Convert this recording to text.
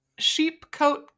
Sheepcoat